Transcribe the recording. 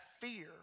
fear